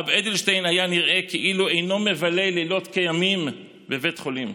הרב אדלשטיין היה נראה כאילו אינו מבלה לילות כימים בבית חולים,